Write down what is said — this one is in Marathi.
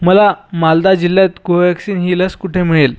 मला मालदा जिल्ह्यात कोव्हॅक्सिन ही लस कुठे मिळेल